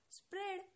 spread